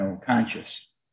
conscious